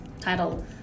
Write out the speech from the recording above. title